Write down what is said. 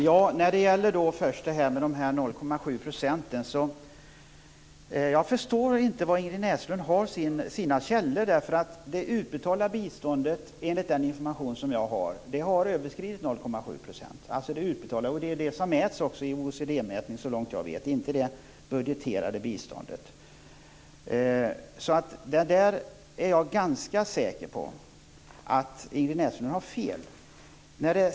Herr talman! Beträffande dessa 0,7 % förstår jag inte vilka källor som Ingrid Näslund har. Enligt den information som jag har har det utbetalda biståndet överskridit 0,7 %. Det är också det som OECD mäter och inte det budgeterade biståndet. Jag är därför ganska säker på att Ingrid Näslund har fel.